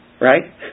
Right